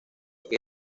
que